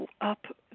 up